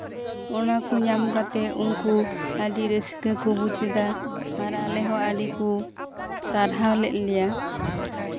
ᱚᱱᱟ ᱠᱚ ᱧᱟᱢ ᱠᱟᱛᱮᱫ ᱩᱱᱠᱩ ᱟᱹᱰᱤ ᱨᱟᱹᱥᱠᱟᱹ ᱠᱚ ᱵᱩᱡᱽ ᱞᱮᱫᱟ ᱟᱨ ᱟᱞᱮ ᱦᱚᱸ ᱟᱹᱰᱤ ᱠᱚ ᱥᱟᱨᱦᱟᱣ ᱞᱮᱫ ᱞᱮᱭᱟ